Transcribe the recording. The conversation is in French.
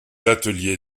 ateliers